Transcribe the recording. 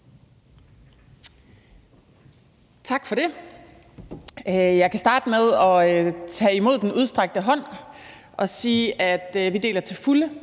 Tak for det. Jeg kan starte med at tage imod den udstrakte hånd og sige, at vi til fulde